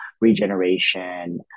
regeneration